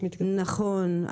נכון.